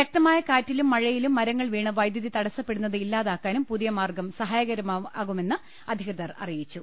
ശക്തമായ കാറ്റിലും മഴയിലും മരങ്ങൾ വീണ് വൈദ്യുതി തടസപ്പെടുന്നത് ഇല്ലാതാക്കാനും പുതിയ മാർഗം സഹായകരമാകുമെന്ന് അധികൃതർ അറിയിച്ചു